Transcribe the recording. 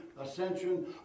Ascension